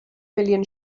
million